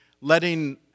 letting